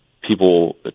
people